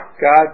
God